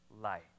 light